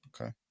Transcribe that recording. Okay